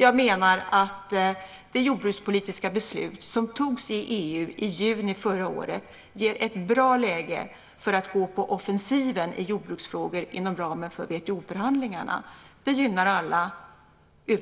Jag menar att det jordbrukspolitiska beslut som togs i EU i juni förra året ger ett bra läge för att gå på offensiven i jordbruksfrågor inom ramen för WTO-förhandlingarna. Det gynnar alla,